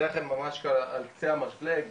אנחנו יודעים את האמת ועם עובדות אי אפשר